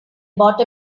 bought